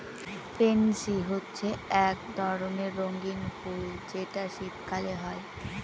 pansy হচ্ছে এক ধরণের রঙ্গীন ফুল যেটা শীতকালে হয়